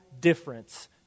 difference